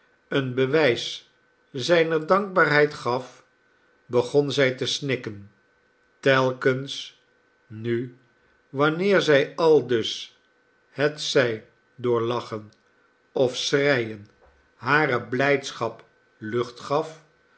een bewijs zijner dankbaarheid gaf begon zij te snikken telkens nu wanneer zij aldus hetzij door lachen of schreien hare blijdschap lucht gaf